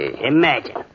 Imagine